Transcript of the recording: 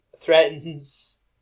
threatens